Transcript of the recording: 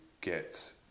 get